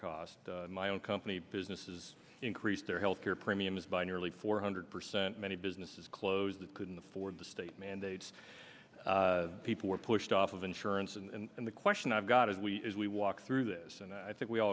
costs my own company businesses increased their health care premiums by nearly four hundred percent many businesses closed that couldn't afford the state mandates people were pushed off of insurance and the question i've got is we as we walk through this and i think we all